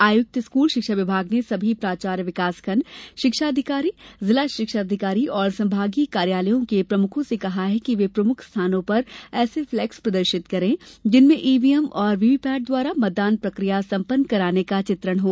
आयुक्त स्कूल शिक्षा विभाग ने सभी प्राचार्य विकासखंड शिक्षा अधिकारी जिला शिक्षा अधिकारी और संभागीय कार्यालयों के प्रमुखों से कहा वे प्रमुख स्थानों पर ऐसे फ्लेक्स प्रदर्शित करें जिसमें ईवीएम और वीवीपैट द्वारा मतदान प्रक्रिया सपन्न कराने का चित्रण हो